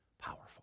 Powerful